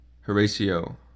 Horatio